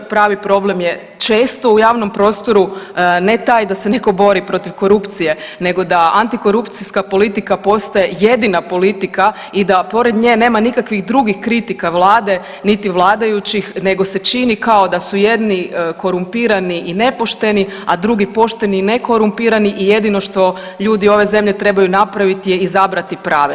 Pravi problem je često u javnom prostoru, ne taj da se netko bori protiv korupcije nego da antikorupcijska politika postaje jedina politika i da pored nje nema nikakvih drugih kritika vlade niti vladajućih nego se čini kao da su jedni korumpirani i nepošteni, a drugi pošteni i nekorumpirani i jedino što ljudi ove zemlje trebaju napraviti je izabrati prave.